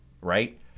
right